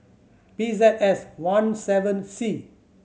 P Z S one seven C